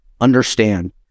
understand